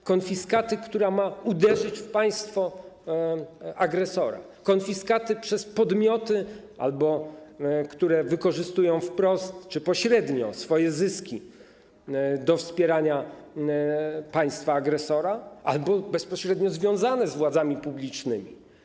To konfiskata, która ma uderzyć w państwo agresora, konfiskata, jeśli chodzi o podmioty, które albo wykorzystują wprost czy pośrednio swoje zyski do wspierania państwa agresora, albo są bezpośrednio związane z władzami publicznymi.